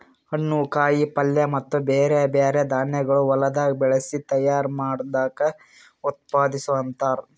ಹಣ್ಣು, ಕಾಯಿ ಪಲ್ಯ ಮತ್ತ ಬ್ಯಾರೆ ಬ್ಯಾರೆ ಧಾನ್ಯಗೊಳ್ ಹೊಲದಾಗ್ ಬೆಳಸಿ ತೈಯಾರ್ ಮಾಡ್ದಕ್ ಉತ್ಪಾದಿಸು ಅಂತಾರ್